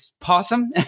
possum